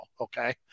Okay